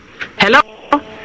Hello